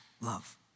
love